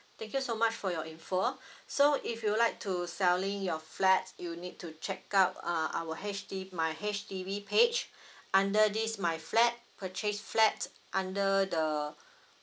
thank you so much for your info so if you would like to selling your flats you need to check out uh our H_D~ my H_D_B page under this my flat purchase flat under the